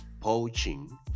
poaching